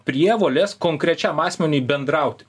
prievolės konkrečiam asmeniui bendrauti